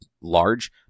large